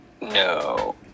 no